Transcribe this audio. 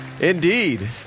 Indeed